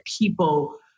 people